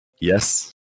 Yes